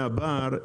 מהבר,